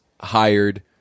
hired